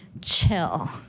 chill